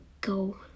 go